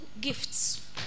gifts